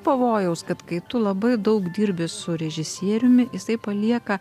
pavojaus kad kai tu labai daug dirbi su režisieriumi jisai palieka